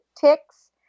ticks